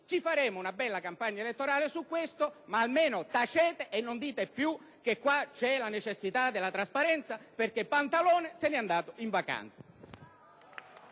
Faremo una bella campagna elettorale su questo punto, ma almeno tacete e non dite più che è necessaria la trasparenza, perché Pantalone se ne è andato in vacanza.